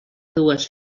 dues